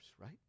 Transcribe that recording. right